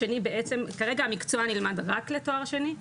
כרגע המקצוע נלמד רק לתואר שני,